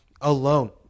alone